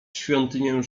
świątynię